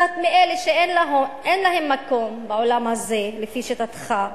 אחת מאלה שאין להן מקום בעולם הזה, לפי שיטתך,